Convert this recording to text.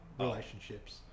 relationships